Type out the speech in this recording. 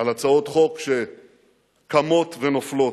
על הצעות חוק שקמות ונופלות,